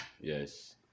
yes